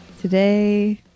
today